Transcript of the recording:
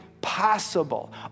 possible